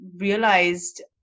realized